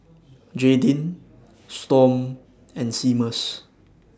Jaydin Storm and Seamus